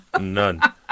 None